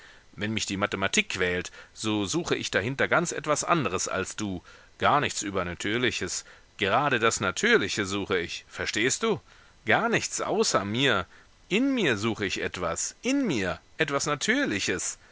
wenn mich die mathematik quält so suche ich dahinter ganz etwas anderes als du gar nichts übernatürliches gerade das natürliche suche ich verstehst du gar nichts außer mir in mir suche ich etwas in mir etwas natürliches